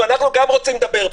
ואנחנו גם רוצים לדבר פה,